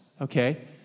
Okay